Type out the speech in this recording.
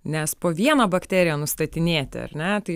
nes po vieną bakteriją nustatinėti ar ne tai